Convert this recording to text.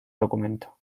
documento